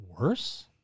worse